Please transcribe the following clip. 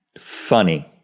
funny,